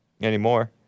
anymore